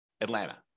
Atlanta